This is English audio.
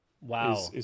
Wow